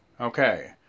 Okay